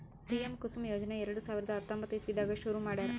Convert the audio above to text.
PM Kusum ಯೋಜನೆ ಎರಡ ಸಾವಿರದ್ ಹತ್ತೊಂಬತ್ತ್ ಇಸವಿದಾಗ್ ಶುರು ಮಾಡ್ಯಾರ್